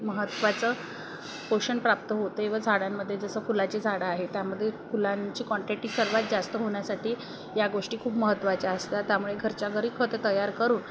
महत्त्वाचं पोषण प्राप्त होते व झाडांमध्ये जसं फुलाची झाडं आहे त्यामध्ये फुलांची क्वांटिटी सर्वात जास्त होण्यासाठी या गोष्टी खूप महत्त्वाच्या असतात त्यामुळे घरच्या घरी खतं तयार करू